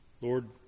Lord